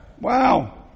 Wow